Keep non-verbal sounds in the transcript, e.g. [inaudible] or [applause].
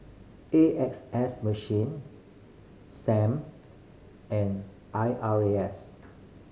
A X S [unintelligible] Sam and I R A S